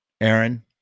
Aaron